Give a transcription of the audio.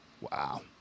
wow